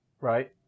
right